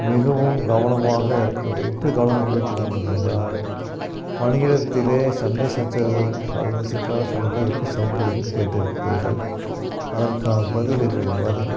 மிகவும் கவனமாக இருக்க வே எப்படி கவனமாக இருக்க வேண்டும் என்றால் பணியிடத்தில் சண்டைச் சச்சரவுகள் அல்லது சிக்கலான சூழ்நிலைகளை எப்படி சமாளிப்பது என்று கேட்டிருக்கிறீர்கள் அதற்கான பதில் என்னுடைய பதில்